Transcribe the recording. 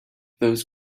those